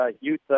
Youth